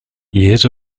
years